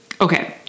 Okay